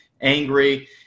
angry